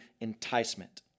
enticement